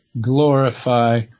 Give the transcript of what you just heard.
glorify